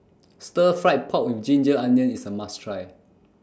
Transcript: Stir Fried Pork with Ginger Onions IS A must Try